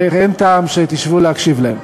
ואין טעם שתשבו להקשיב להם.